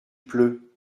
pleut